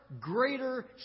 greater